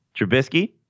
Trubisky